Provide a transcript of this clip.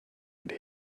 could